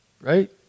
Right